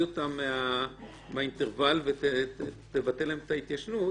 אותם מהאינטרוול ותבטל להם את ההתיישנות